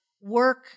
work